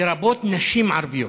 לרבות נשים ערביות.